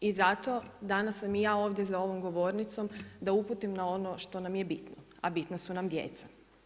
I zato danas sam i ja ovdje za ovom govornicom da uputim na ono što nam je bitno a bitna su nam djeca.